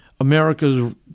America's